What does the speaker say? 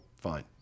fine